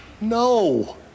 No